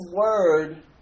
word